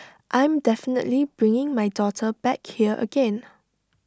I'm definitely bringing my daughter back here again